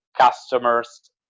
customers